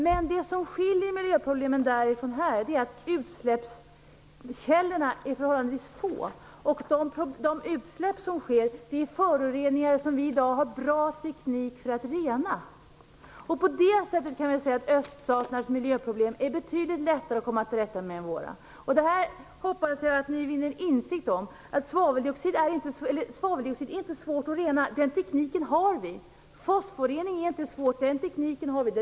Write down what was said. Men det som skiljer miljöproblemen där från dem här är att utsläppskällorna är förhållandevis få. De utsläpp som sker är föroreningar som vi i dag har bra teknik för att rena. På det sättet kan vi säga att öststaternas miljöproblem är betydligt lättare att komma till rätta med än våra. Detta hoppas jag att ni vinner insikt om. Svaveldioxid är inte svårt att rena. Den tekniken har vi. Fosforrening är inte svår. Den tekniken har vi.